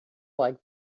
like